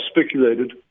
speculated